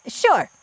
sure